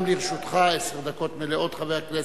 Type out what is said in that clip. גם לרשותך עשר דקות מלאות, חבר הכנסת